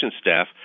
staff